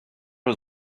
was